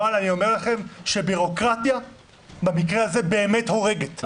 אבל אני אומר לכם שבירוקרטיה במקרה הזה באמת הורגת.